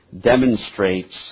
demonstrates